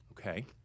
Okay